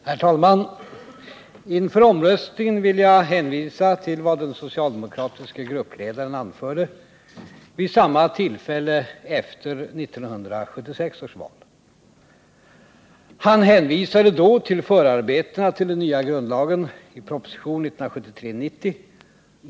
Herr talman! Inför omröstningen vill jag hänvisa till vad den socialdemokratiske gruppledaren anförde vid samma tillfälle efter 1976 års val. Han hänvisade då till förarbetena till den nya grundlagen i propositionen 1973:90.